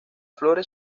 flores